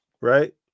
right